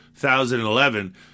2011